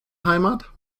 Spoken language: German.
heimat